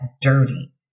dirty